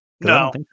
No